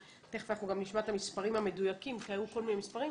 תיכף אנחנו גם נשמע את המספרים המדויקים כי היו כל מיני מספרים,